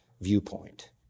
viewpoint